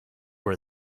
were